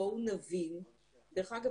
דרך אגב,